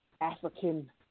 African